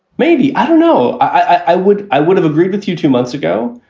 maybe i don't know. i would i would have agreed with you two months ago.